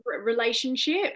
relationship